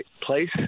place